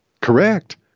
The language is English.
Correct